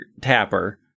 tapper